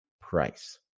price